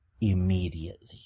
immediately